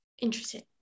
interesting